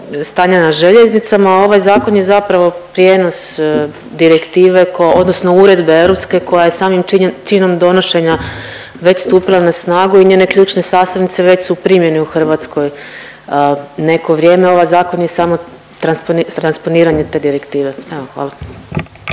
stanja na željeznicama. Ovaj zakon je zapravo prijenos direktive odnosno uredbe europske koja je samim činom donošenja već stupila na snagu i njene ključne sastavnice već su u primjeni u Hrvatskoj neko vrijeme. Ovaj zakon je samo transponiranje te direktive. Evo hvala.